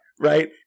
right